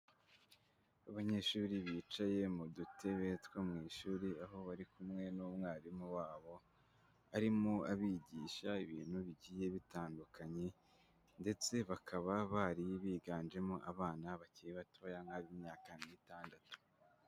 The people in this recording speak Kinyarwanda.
Abanyeshuri bicaye mu dutebe two mu ishuri, aho bari kumwe n'umwarimu wabo, arimo abigisha ibintu bigiye bitandukanye ndetse bakaba bari biganjemo abana bakiri batoya nk'ab'imyaka nk'itandatu.